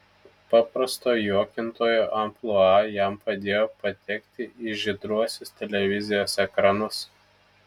paprasto juokintojo amplua jam padėjo patekti į žydruosius televizijos ekranus